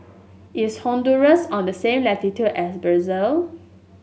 is Honduras on the same latitude as Brazil